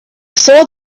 saw